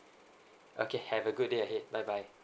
okay have a good day ahead bye bye